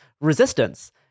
resistance